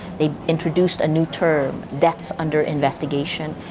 they introduced a new term deaths under investigation,